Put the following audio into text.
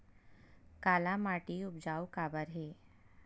काला माटी उपजाऊ काबर हे?